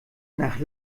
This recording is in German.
nach